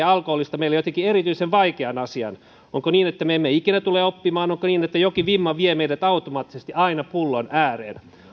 alkoholista meille jotenkin erityisen vaikean asian onko niin että me emme ikinä tule oppimaan onko niin että jokin vimma vie meidät automaattisesti aina pullon ääreen